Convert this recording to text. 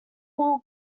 will